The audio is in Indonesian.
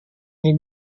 ini